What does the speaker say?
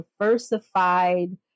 diversified